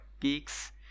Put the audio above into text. geeks